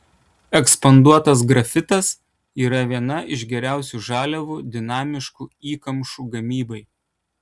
ekspanduotas grafitas yra viena iš geriausių žaliavų dinamiškų įkamšų gamybai